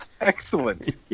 Excellent